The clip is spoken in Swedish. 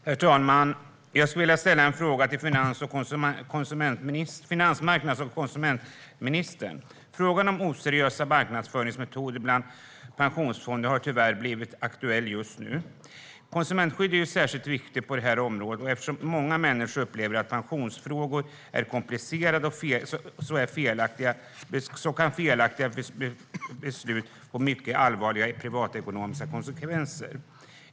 Herr talman! Jag skulle vilja ställa en fråga till finansmarknads och konsumentministern. Frågan om oseriösa marknadsföringsmetoder av pensionsfonder har tyvärr blivit aktuell. Konsumentskydd är särskilt viktigt på detta område. Eftersom många människor upplever att pensionsfrågor är komplicerade kan felaktiga beslut få mycket allvarliga privatekonomiska konsekvenser.